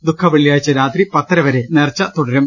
ദുഃഖവെള്ളിയാഴ്ച രാത്രി പത്തരവരെ നേർച്ച തുടരും